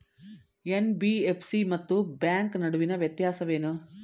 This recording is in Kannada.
ಎನ್.ಬಿ.ಎಫ್.ಸಿ ಮತ್ತು ಬ್ಯಾಂಕ್ ನಡುವಿನ ವ್ಯತ್ಯಾಸವೇನು?